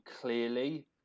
clearly